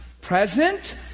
Present